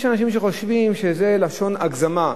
יש אנשים שחושבים שזה לשון הגזמה.